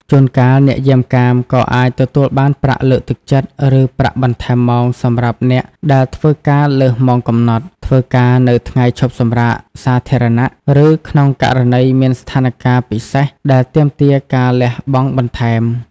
ជួនកាល អ្នកយាមកាមក៏អាចទទួលបានប្រាក់លើកទឹកចិត្ត ឬប្រាក់បន្ថែមម៉ោងសម្រាប់អ្នកដែលធ្វើការលើសម៉ោងកំណត់ ធ្វើការនៅថ្ងៃឈប់សម្រាកសាធារណៈ ឬក្នុងករណីមានស្ថានការណ៍ពិសេសដែលទាមទារការលះបង់បន្ថែម។